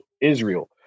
Israel